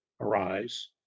arise